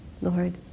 Lord